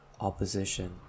opposition